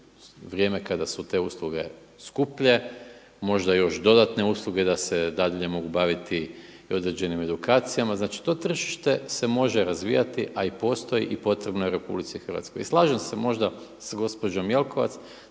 vrijeme kada su te usluge skuplje. Možda još dodatne usluge da se dalje mogu baviti i određenim edukacijama. Znači, to tržište se može razvijati, a i postoji i potrebno je Republici Hrvatskoj. I slažem se možda s gospođom Jelkovac